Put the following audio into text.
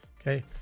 Okay